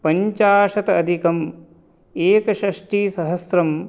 पञ्चाशतधिकम् एकषष्टिसहस्रम्